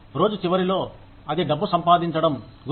రోజు చివరిలో అది డబ్బు సంపాదించడం గురించి